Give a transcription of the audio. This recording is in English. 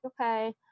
okay